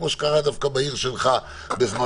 כמו שקרה דווקא בעיר שלך בזמנו,